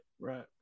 right